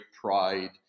pride